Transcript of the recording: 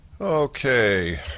Okay